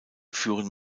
führen